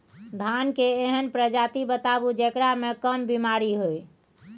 धान के एहन प्रजाति बताबू जेकरा मे कम बीमारी हैय?